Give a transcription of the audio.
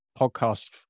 podcast